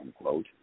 unquote